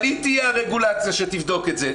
אבל היא תהיה הרגולציה שתבדוק את זה.